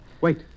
Wait